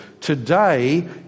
today